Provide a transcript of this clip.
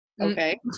Okay